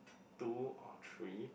two or three